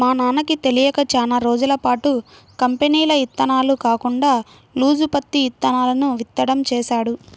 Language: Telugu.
మా నాన్నకి తెలియక చానా రోజులపాటు కంపెనీల ఇత్తనాలు కాకుండా లూజు పత్తి ఇత్తనాలను విత్తడం చేశాడు